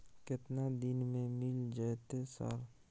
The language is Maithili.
केतना दिन में मिल जयते सर?